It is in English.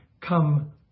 Come